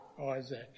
Isaac